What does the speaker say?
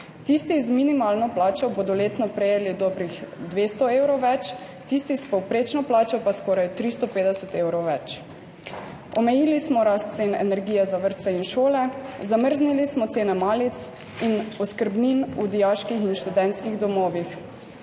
Tisti z minimalno plačo bodo letno prejeli dobrih 200 evrov več, tisti s povprečno plačo pa skoraj 350 evrov več. Omejili smo rast cen energije za vrtce in šole, zamrznili smo cene malic in oskrbnin v dijaških in študentskih domovih,